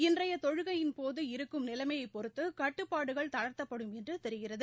இன்றைய தொழுகையின்போது இருக்கும் நிலைமையை பொறுத்து கட்டுப்பாடுகள் தளா்த்தப்படும் என்று தெரிகிறது